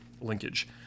linkage